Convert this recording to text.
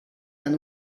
d’un